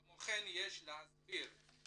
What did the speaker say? כמו כן יש להסביר את